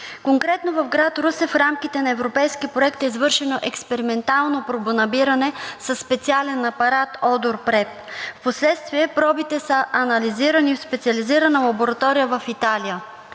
Конкретно в град Русе в рамките на европейски проект е извършено експериментално пробонабиране със специален апарат OdorPrep. Впоследствие пробите са анализирани в специализирана лаборатория в Италия.